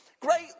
Great